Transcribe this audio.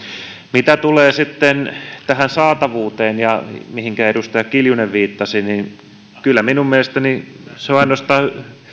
mitä tulee tähän saatavuuteen ja siihen mihinkä edustaja kiljunen viittasi niin kyllä minun mielestäni se on ainoastaan